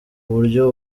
buryo